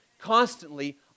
constantly